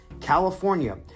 California